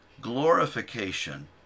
Glorification